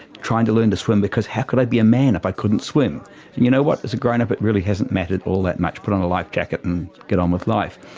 trying to learn to swim because how could i be a man if i couldn't swim? and you know what? as a grown-up it really hasn't mattered all that much. put on a lifejacket and get on with life.